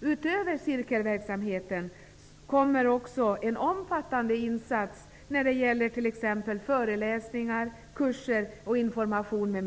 Utöver cirkelverksamheten tillkommer också en omfattande insats när det gäller t.ex. föreläsningar, kurser och information.